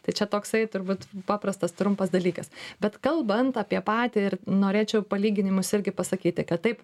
tai čia toksai turbūt paprastas trumpas dalykas bet kalbant apie patį ir norėčiau palyginimus irgi pasakyti kad taip